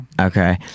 Okay